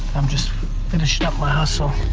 i'm just finishing up my hustle.